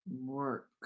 work